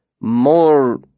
More—